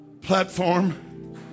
platform